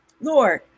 Lord